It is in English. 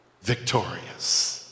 victorious